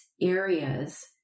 areas